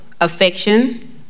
affection